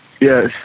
Yes